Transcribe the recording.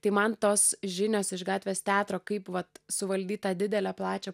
tai man tos žinios iš gatvės teatro kaip vat suvaldyt tą didelę plačią